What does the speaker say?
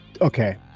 okay